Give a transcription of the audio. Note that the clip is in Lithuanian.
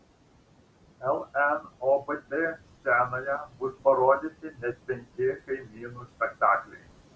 lnobt scenoje bus parodyti net penki kaimynų spektakliai